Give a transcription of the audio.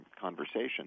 conversation